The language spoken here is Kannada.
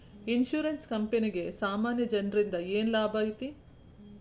ಇನ್ಸುರೆನ್ಸ್ ಕ್ಂಪನಿಗೆ ಸಾಮಾನ್ಯ ಜನ್ರಿಂದಾ ಏನ್ ಲಾಭೈತಿ?